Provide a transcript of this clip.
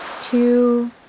two